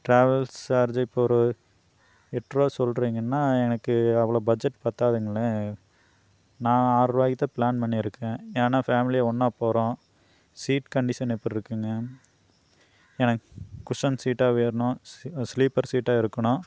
travel charge இப்போ ஒரு எட்டுருவா சொல்லுறீங்கன்னா எனக்கு அவ்வளோ பட்ஜெட் பத்தாதுங்களேன் நான் ஆறுபாயிக்கு தான் பிளான் பண்ணியிருக்கேன் ஏன்னா ஃபேம்லியாக ஒன்றா போகிறோம் சீட் கண்டிஷன் எப்பருக்குங்க எனக்கு குஷ்ஷன் சீட்டாக வேணும் சி ஸ்லீப்பர் சீட்டாக இருக்கணும்